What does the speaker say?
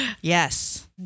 Yes